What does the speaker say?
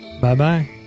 Bye-bye